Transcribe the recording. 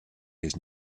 his